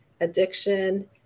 addiction